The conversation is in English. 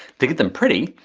to get them pretty,